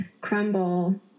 crumble